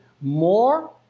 more